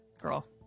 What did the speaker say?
Girl